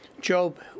Job